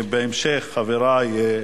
בהמשך, חברי,